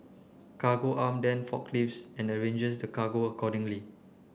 Cargo Arm then forklifts and arranges the cargo accordingly